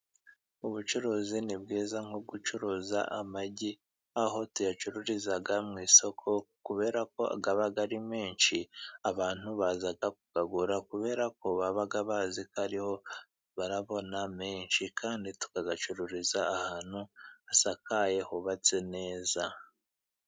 Ubucuruzi ni bwiza, nko gucuruza amagi aho tuyacururiza mu isoko, kubera ko aba ari menshi, abantu baza kuyagura kubera ko baba bazi ko ariho barabona menshi, kandi tukayacururiza ahantu hasakaye hubatse neza.